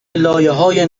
لایههای